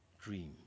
dream